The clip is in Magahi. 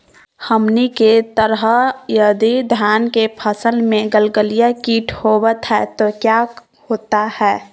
हमनी के तरह यदि धान के फसल में गलगलिया किट होबत है तो क्या होता ह?